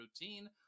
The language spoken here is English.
routine